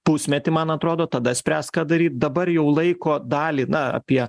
pusmetį man atrodo tada spręs ką daryt dabar jau laiko dalį na apie